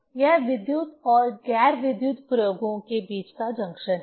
यह विद्युत और गैर विद्युत प्रयोगों के बीच का जंक्शन है